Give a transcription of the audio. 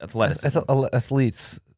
Athletes